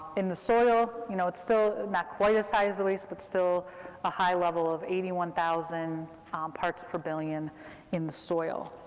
in the soil, you know, it's still not quite as high as the waste, but still a high level of eighty one thousand parts per billion in the soil.